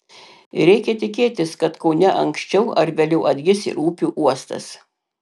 reikia tikėtis kad kaune anksčiau ar vėliau atgis ir upių uostas